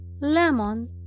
Lemon